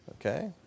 okay